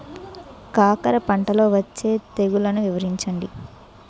కాకర పంటలో వచ్చే తెగుళ్లను వివరించండి?